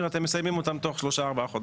אתם מסיימים אותו תוך שלושה-ארבעה חודשים.